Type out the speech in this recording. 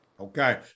Okay